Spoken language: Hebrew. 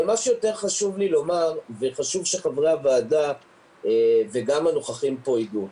מה שיותר חשוב לי לומר וחשוב שחברי הוועדה גם הנוכחים פה ידעו.